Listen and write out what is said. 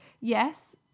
Yes